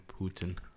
Putin